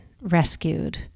rescued